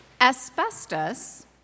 Asbestos